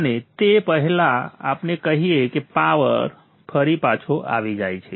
અને તે પહેલાં આપણે કહીએ કે પાવર ફરી પાછો આવી જાય છે